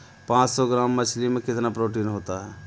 पांच सौ ग्राम मछली में कितना प्रोटीन होता है?